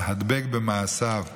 אלא להדבק במעשיו: